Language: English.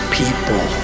people